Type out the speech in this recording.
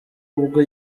ubwo